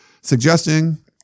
suggesting